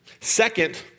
Second